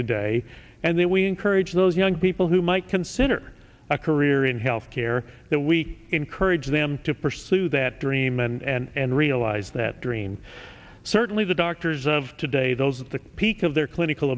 today and they were i encourage those young people who might consider a career in health care that we encourage them to pursue that dream and realize that dream certainly the doctors of today those at the peak of their clinical